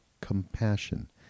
compassion